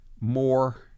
more